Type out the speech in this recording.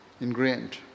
ingrained